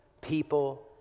people